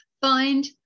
Find